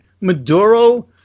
Maduro